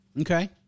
Okay